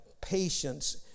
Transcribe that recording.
patience